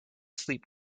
sleep